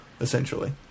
essentially